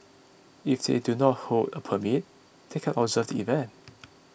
if they do not hold a permit they can observe the event